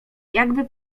jakby